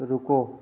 रुको